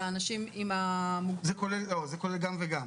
זה כולל גם וגם.